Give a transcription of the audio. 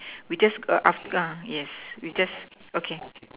we just err aft~ ah yes we just okay